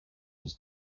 his